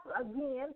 again